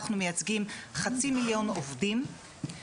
אנחנו מייצגים חצי מיליון עובדים,